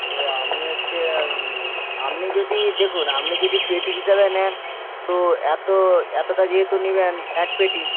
ও আপনি হচ্ছে আপনি যদি দেখুন আপনি যদি পেটি হিসাবে নেন তো এত এতটা যেহেতু নেবেন এক পেটি